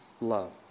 love